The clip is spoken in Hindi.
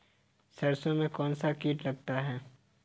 सरसों में कौनसा कीट लगता है?